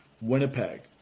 Winnipeg